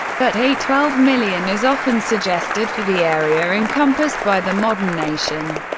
but eight twelve million is often suggested for the area encompassed by the modern nation.